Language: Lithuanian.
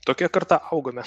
tokia karta augome